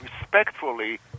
respectfully